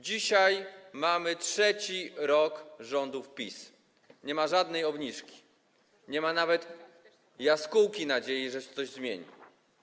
Dzisiaj mamy trzeci rok rządów PiS, nie ma żadnej obniżki, nie ma nawet jaskółki nadziei, że się coś zmieni.